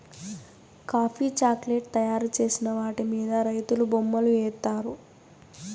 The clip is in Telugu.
కాఫీ చాక్లేట్ తయారు చేసిన వాటి మీద రైతులు బొమ్మలు ఏత్తారు